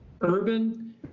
Urban